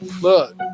Look